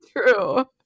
true